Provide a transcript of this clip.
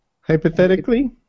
Hypothetically